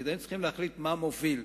היינו צריכים להחליט מה מוביל,